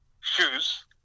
shoes